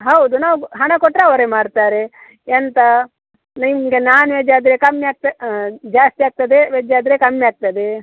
ಹೌದು ನಾವು ಹಣ ಕೊಟ್ರೆ ಅವರೇ ಮಾಡ್ತಾರೆ ಎಂತ ನಿಮಗೆ ನಾನ್ ವೆಜ್ ಆದರೆ ಕಮ್ಮಿ ಆಗ್ತೇ ಜಾಸ್ತಿಯಾಗ್ತದೆ ವೆಜ್ ಆದರೆ ಕಮ್ಮಿ ಆಗ್ತದೆ